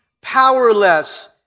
powerless